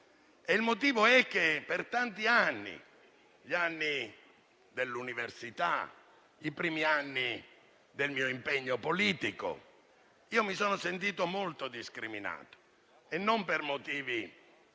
Il motivo è che per tanti anni - quelli dell'università e i primi anni del mio impegno politico - mi sono sentito molto discriminato, non per motivi